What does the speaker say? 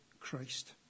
Christ